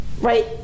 right